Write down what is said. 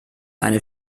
eine